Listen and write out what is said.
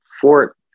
Fort